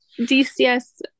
DCS